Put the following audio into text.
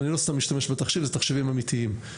אני לא סתם משתמש בתחשיב, זה תחשיבים אמיתיים.